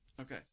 okay